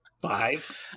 five